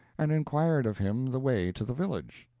and inquired of him the way to the village.